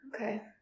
Okay